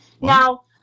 now